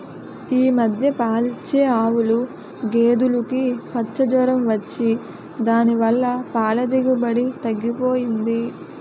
ఈ మధ్య పాలిచ్చే ఆవులు, గేదులుకి పచ్చ జొరం వచ్చి దాని వల్ల పాల దిగుబడి తగ్గిపోయింది